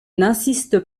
n’insiste